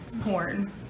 porn